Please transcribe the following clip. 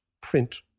print